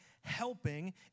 helping